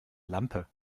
lampe